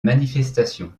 manifestation